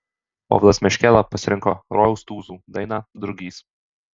povilas meškėla pasirinko rojaus tūzų dainą drugys